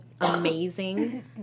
amazing